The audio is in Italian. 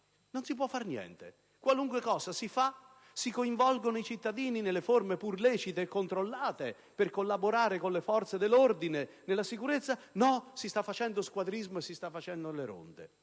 Non si può far niente; qualunque cosa si faccia siete contrari. Si coinvolgono i cittadini in forme pur lecite e controllate per collaborare con le forze dell'ordine alla sicurezza? No, si sta facendo squadrismo e si stanno facendo le ronde.